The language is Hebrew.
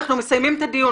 אנחנו מסיימים את הדיון,